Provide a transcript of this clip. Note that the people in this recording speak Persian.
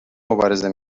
مبارزه